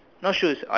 not shoes I